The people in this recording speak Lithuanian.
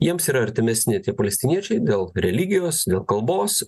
jiems yra artimesni tie palestiniečiai dėl religijos dėl kalbos